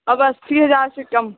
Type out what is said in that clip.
अब अस्सी हज़ार से कम